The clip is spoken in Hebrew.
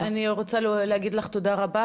תודה רבה.